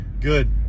Good